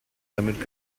damit